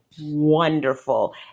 wonderful